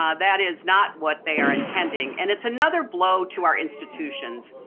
um that is not what they are intending and its another blow to our institutions.